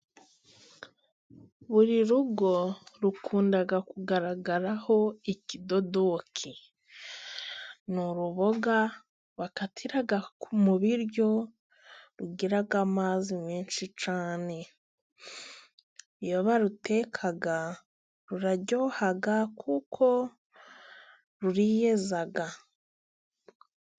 Buri rugo rukunda kugaragaraho ikidodoki, ni uruboga bakatira mu biryo, rugira amazi menshi cyane, iyo baruteka ruraryoha kuko ruriyeza.